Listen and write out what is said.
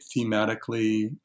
thematically